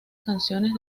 canciones